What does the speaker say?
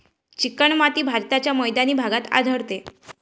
चिकणमाती भारताच्या मैदानी भागात आढळते